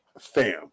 Fam